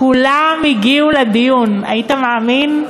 כולם הגיעו לדיון, היית מאמין?